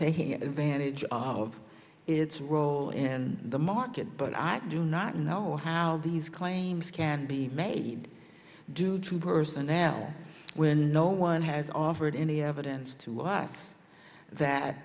taking advantage of its role in the market but i do not know how these claims can be made due to personnel when no one has offered any evidence to us that